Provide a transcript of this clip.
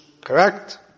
Correct